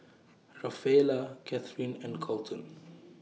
Rafaela Cathrine and Kolton